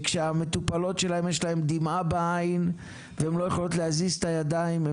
שכשהמטופלות שלהן יש להן דמעה בעין והן לא יכולות להזיז את הידיים,